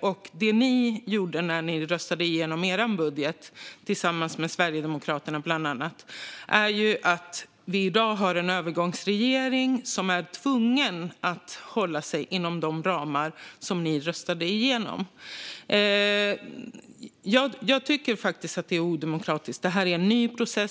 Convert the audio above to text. och när ni röstade igenom er budget tillsammans med bland annat Sverigedemokraterna blev situationen att vi i dag har en övergångsregering som är tvungen att hålla sig inom de ramar som ni röstade igenom. Jag tycker faktiskt att det är odemokratiskt. Det här är en ny process.